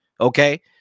Okay